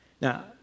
Now